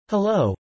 Hello